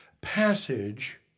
passage